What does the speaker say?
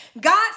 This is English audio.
god